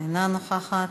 אינה נוכחת.